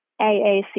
AAC